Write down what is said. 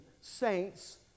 saints